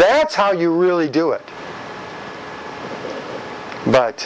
that's how you really do it but